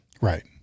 Right